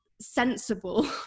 sensible